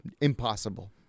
Impossible